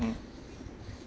mmhmm